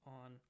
on